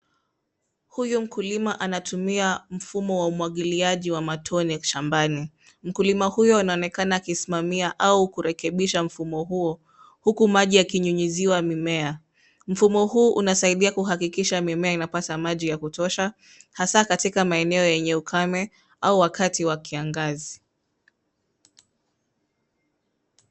Huyo mkulima anatumia mfumo wa umwagiliaji wa matone shambani. Mkulima huyo anaonekana akisimamia au akirekebisha mfumo huo huku maji yakinyunyiziwa mimea. Mfumo huu unasaidia kuhakikisha mimea inapata maji ya kutosha, hasa katika maeneo yenye ukame au wakati wa kiangazi.